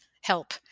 help